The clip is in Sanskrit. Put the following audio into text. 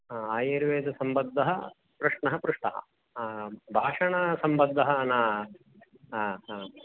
हा आयुर्वेदसम्बद्धः प्रश्नः पृष्टः भाषणसम्बद्धः न हा हा